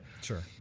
Sure